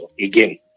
again